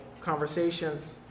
conversations